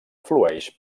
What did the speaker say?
flueix